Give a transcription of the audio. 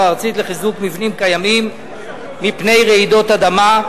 הארצית לחיזוק מבנים קיימים מפני רעידות אדמה,